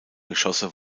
geschosse